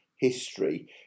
history